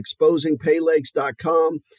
exposingpaylakes.com